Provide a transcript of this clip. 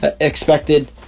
expected